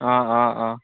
অঁ অঁ অঁ